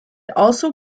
also